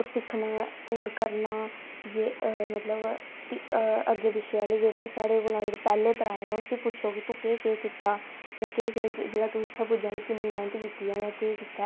इयां ज्यादातर टीबी उपरा उत्थुाआं पढ़दे ना क्योंकि टीबी आहली न्यूज़ ज्यादा इंटरेस्ट जां ज्यादा बाइरल होंदी ऐ एहदे कोला अख़वारें आहले कोला इयै ऐ बस